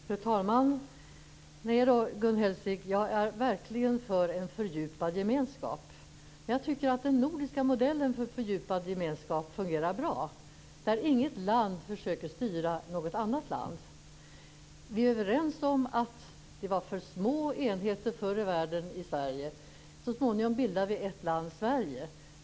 Fru talman! Jag är verkligen för en fördjupad gemenskap, Gun Hellsvik. Jag tycker att den nordiska modellen för fördjupad gemenskap fungerar bra. Inget land försöker styra något annat land. Vi är överens om att det var för små enheter i Sverige förr i världen. Så småningom bildade vi ett land, Sverige.